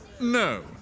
no